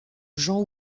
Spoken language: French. jean